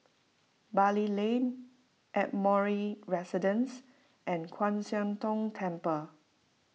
Bali Lane Residence and Kwan Siang Tng Temple